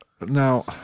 Now